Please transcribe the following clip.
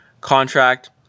contract